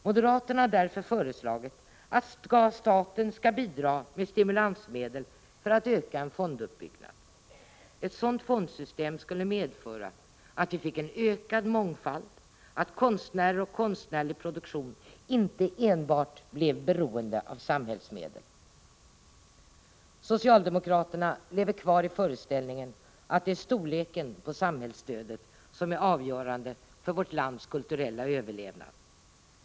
Moderaterna har därför föreslagit att staten skall bidra med stimulansmedel för att öka en fonduppbyggnad. Ett sådant fondsystem skulle medföra att vi fick en ökad mångfald, att konstnärer och konstnärlig produktion inte enbart blev beroende av samhällsmedel. Socialdemokraterna lever kvar i föreställningen att det är storleken på samhällsstödet som är avgörande för vårt lands kulturella överlevnad.